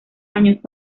años